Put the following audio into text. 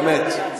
באמת.